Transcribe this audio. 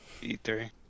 E3